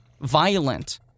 violent